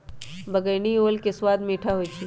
बइगनी ओल के सवाद मीठ होइ छइ